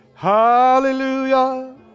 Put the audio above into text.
Hallelujah